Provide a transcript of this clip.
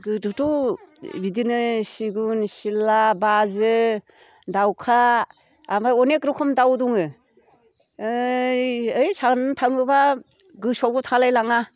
गोदोथ' बिदिनो सिगुन सिला बाजो दावखा ओमफ्राय अनेक रोखोम दाउ दङ ऐ ऐ साननो थाङोबा गोसोआवबो थालाय लाङा